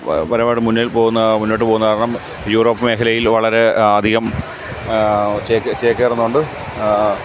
ഒരുപാട് മുന്നിൽ പോകുന്ന മുന്നോട്ടു പോകുന്നത് കാരണം യൂറോപ്പ് മേഖലയിൽ വളരെ അധികം ചേക്കേറുന്നുണ്ട്